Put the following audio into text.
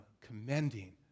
commending